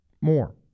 more